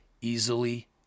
easily